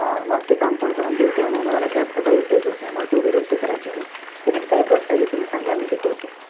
हां माझं ते काम पण राहून गेलं त्यामुळे मला आता कॅबचा काही उपयोगच नाही मला तेवढी रद्द करायची आहे त्यासाठी काय प्रोसेस आहे तुम्ही सांगाल मी ते करतो